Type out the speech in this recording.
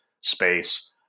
space